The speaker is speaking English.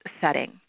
setting